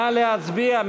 נא להצביע.